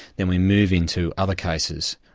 then we move into other cases,